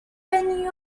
venue